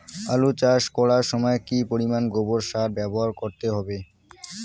আলু চাষ করার সময় কি পরিমাণ গোবর সার ব্যবহার করতে হবে?